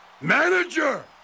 Manager